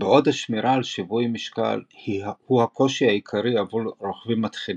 בעוד השמירה על שווי משקל הוא הקושי העיקרי עבור רוכבים מתחילים,